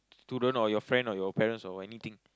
student or your friend or your parents or anything